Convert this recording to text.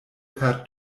per